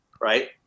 right